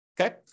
Okay